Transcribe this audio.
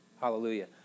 hallelujah